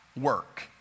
work